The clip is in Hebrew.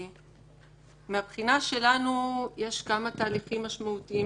מהבחינה שלנו יש כמה תהליכים משמעותיים